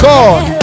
God